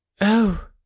Oh